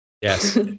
Yes